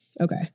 okay